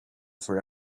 for